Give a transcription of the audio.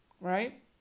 right